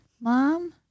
Mom